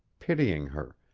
pitying her,